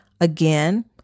Again